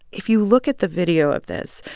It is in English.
if you look at the video of this,